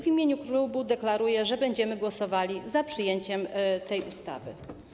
W imieniu klubu deklaruję, że będziemy głosowali za przyjęciem tego projektu ustawy.